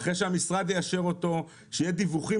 ואחרי שהמשרד יאשר אותו שיהיו דיווחים